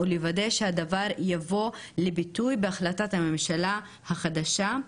ולוודא שהדבר יבוא לידי ביטוי בהחלטת הממשלה החדשה.